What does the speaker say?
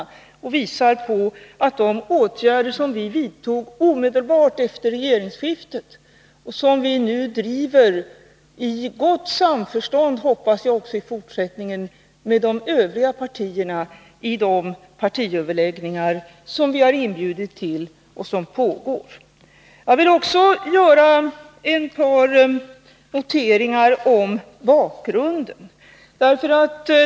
De visar att de åtgärder var riktiga som vi vidtog omedelbart efter regeringsskiftet och som vi nu i gott samförstånd med de Övriga partierna — också i fortsättningen, hoppas jag — driver i de partiöverläggningar vi har inbjudit till och som pågår. Jag vill också göra ett par kommentarer när det gäller bakgrunden.